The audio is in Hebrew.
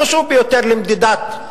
בחירת המקצועות היא אחרת.